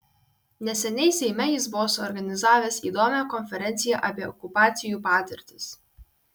neseniai seime jis buvo suorganizavęs įdomią konferenciją apie okupacijų patirtis